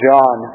John